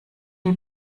die